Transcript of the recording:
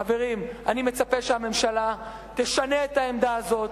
חברים, אני מצפה שהממשלה תשנה את העמדה הזאת.